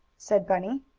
said bunny.